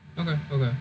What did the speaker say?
okay okay